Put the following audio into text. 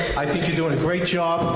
i think you're doing a great job,